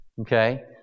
Okay